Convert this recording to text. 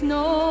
no